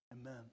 Amen